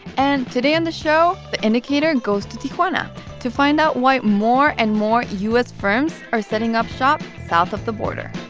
and today on the show, the indicator goes to tijuana to find out why more and more u s. firms are setting up shop south of the